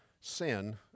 sin